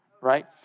right